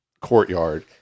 courtyard